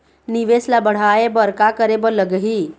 निवेश ला बड़हाए बर का करे बर लगही?